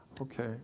Okay